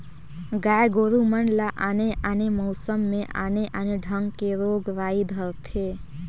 गाय गोरु मन ल आने आने मउसम में आने आने ढंग के रोग राई धरथे